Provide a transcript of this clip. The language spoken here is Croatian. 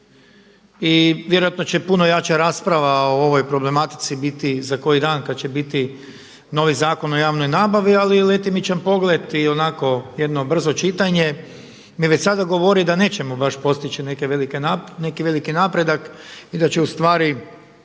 i vjerojatno će puno jača rasprava o ovoj problematici biti za koji dan kada će biti novi Zakon o javnoj nabavi, ali letimičan pogleda i onako jedno brzo čitanje mi već sada govori da nećemo baš postići neke velike napredak i da će ustvari